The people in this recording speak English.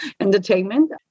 entertainment